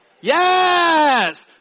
Yes